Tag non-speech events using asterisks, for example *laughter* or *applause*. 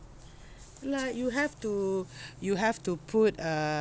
like you have to *breath* you have to put err